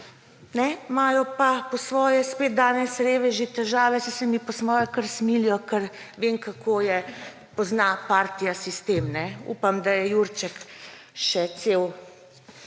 imajo pa po svoje spet danes, reveži, težave. Saj se mi po svoje kar smilijo, ker vem, kako pozna partija sistem. Upam, da je Jurček še cel.